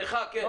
אבל לך כן.